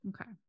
Okay